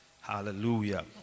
Hallelujah